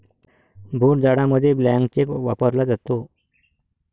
भोट जाडामध्ये blank cheque वापरला जातो